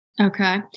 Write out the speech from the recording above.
Okay